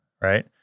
right